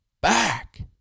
back